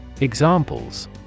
Examples